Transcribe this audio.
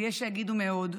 ויש שיגידו מאוד,